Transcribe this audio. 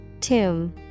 Tomb